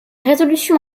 résolution